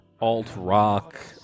alt-rock